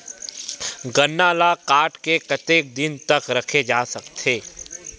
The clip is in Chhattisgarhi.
गन्ना ल काट के कतेक दिन तक रखे जा सकथे?